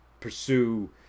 pursue